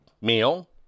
meal